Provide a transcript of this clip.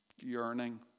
yearning